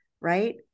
right